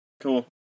Cool